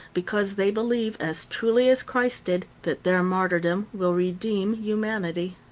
because they believe, as truly as christ did, that their martyrdom will redeem humanity.